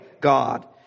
God